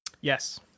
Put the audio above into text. Yes